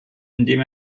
indem